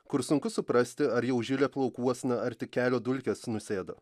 kur sunku suprasti ar jau žilė plaukuosna ar tik kelio dulkės nusėdo